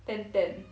ten ten